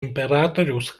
imperatoriaus